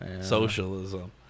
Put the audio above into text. Socialism